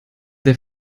der